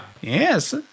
Yes